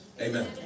amen